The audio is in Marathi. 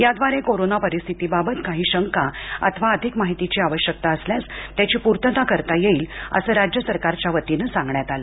याद्वारे कोरोना परीस्थीतीबाबत काही शंका अथवा अधिक माहितीची आवश्यकता असल्यास त्याची पूर्तता करता येईल असं राज्य सरकारच्या वतीनं सांगण्यात आलं